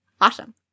Awesome